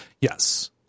Yes